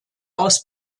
aus